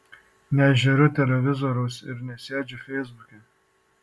nežiūriu televizoriaus ir nesėdžiu feisbuke